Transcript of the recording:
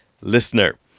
listener